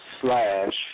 slash